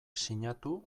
sinatu